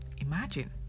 Imagine